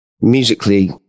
Musically